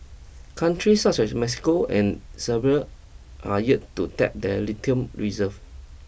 countries such as Mexico and Serbia are yet to tap their lithium reserve